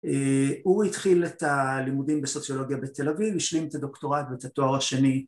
הוא התחיל את הלימודים בסוציולוגיה בתל אביב, השלים את הדוקטורט ואת התואר השני